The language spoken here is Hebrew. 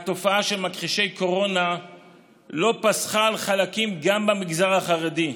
התופעה של מכחישי קורונה לא פסחה על חלקים גם במגזר החרדי,